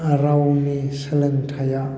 रावनि सोलोंथाया